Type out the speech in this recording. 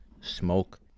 smoke